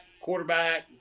quarterback